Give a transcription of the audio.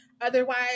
Otherwise